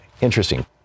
interesting